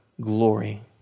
glory